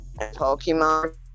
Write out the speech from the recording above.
Pokemon